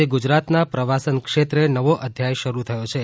આજે ગુજરાતના પ્રવાસન ક્ષેત્રે નવો અધ્યાય શરૂ થયો છે